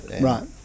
right